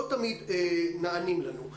לא תמיד נענים לנו.